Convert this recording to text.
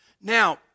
Now